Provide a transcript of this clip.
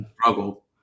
struggle